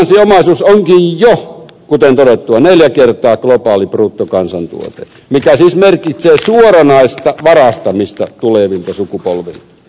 finanssiomaisuus onkin jo kuten todettua neljä kertaa globaali bruttokansantuote mikä siis merkitsee suoranaista varastamista tulevilta sukupolvilta